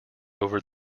over